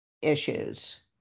Issues